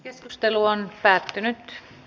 keskustelu päättyi